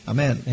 Amen